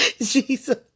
Jesus